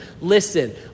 listen